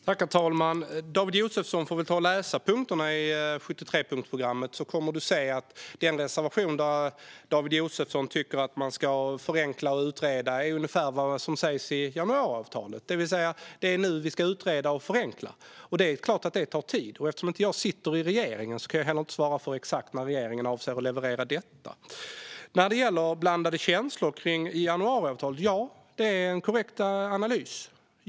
Herr talman! David Josefsson får väl läsa punkterna i 73-punktsprogrammet. Då kommer han att se att reservationen om att man ska förenkla och utreda är ungefär vad som sägs i januariavtalet, det vill säga att det är nu vi ska utreda och förenkla. Det är klart att det tar tid, och eftersom jag inte sitter i regeringen kan jag inte svara på exakt när regeringen avser att leverera detta. När det gäller blandade känslor för januariavtalet är det en korrekt analys.